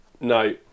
No